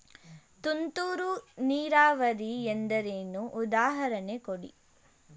ತುಂತುರು ನೀರಾವರಿ ಎಂದರೇನು, ಉದಾಹರಣೆ ಕೊಡಿ?